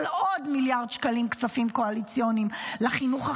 עוד מיליארד שקלים כספים קואליציוניים לחינוך החרדי.